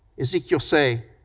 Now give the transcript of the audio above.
ezekiel say,